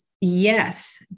yes